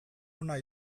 ona